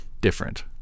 different